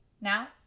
Now